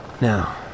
Now